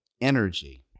energy